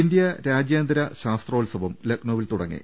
India രാജ്യാന്തര ശാസ്ത്രോത്സവം ലക്നൌവിൽ തുടങ്ങി